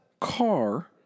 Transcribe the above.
car